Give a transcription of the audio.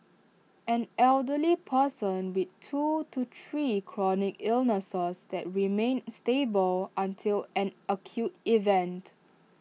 an elderly person with two to three chronic illnesses that remain stable until an acute event